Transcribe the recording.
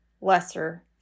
lesser